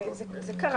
זה קרה.